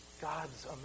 God's